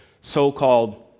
so-called